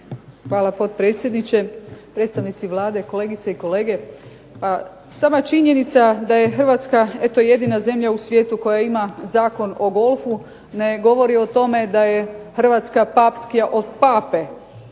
Hvala potpredsjedniče, predstavnici Vlade, kolegice i kolege. Pa sama činjenica da je Hrvatska eto jedina zemlja u svijetu koja ima Zakon o golfu ne govori o tome da je Hrvatska papskija od pape